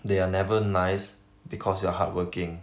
they are never nice because you are hardworking